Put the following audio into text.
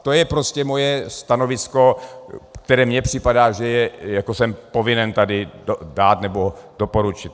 To je prostě moje stanovisko, které mně připadá, že jsem povinen tady dát nebo doporučit.